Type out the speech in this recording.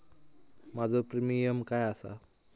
माझो प्रीमियम काय आसा?